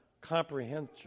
comprehension